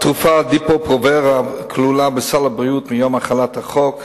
1 2. התרופה Depo-provera כלולה בסל הבריאות מיום החלת החוק.